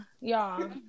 Y'all